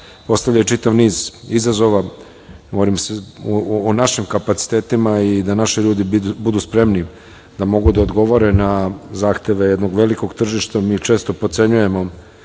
postavlja čitav niz izazova, govorim o našim kapacitetima i da naši ljudi budu spremni da mogu da odgovore na zahteve jednog velikog tržišta, mi često podcenjujemo